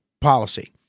policy